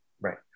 Right